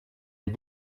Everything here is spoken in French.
les